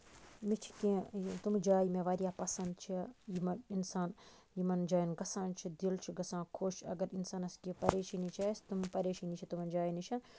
مےٚ چھِ کیٚنٛہہ تِم جایہِ یِم مےٚ واریاہ پَسند چھِ یِمن اِنسان یِمن جاین گژھان چھُ دِل چھُ گژھان خۄش اَگر اِنسانَس کیٚنہہ پَریشٲنی آسہِ تِم پَریشٲنی چھےٚ تِمَن جاین نِش